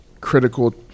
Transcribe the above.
critical